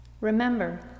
Remember